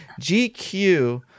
GQ